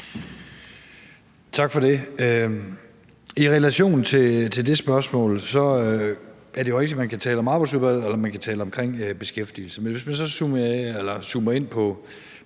Tak for det. I relation til det spørgsmål er det jo rigtigt, at man kan tale om arbejdsudbud eller man kan tale om beskæftigelse, men hvis man zoomer ind på